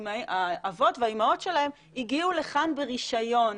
שהאבות והאימהות הגיעו לכאן ברישיון,